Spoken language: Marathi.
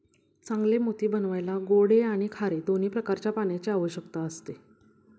चांगले मोती बनवायला गोडे आणि खारे दोन्ही प्रकारच्या पाण्याची आवश्यकता असते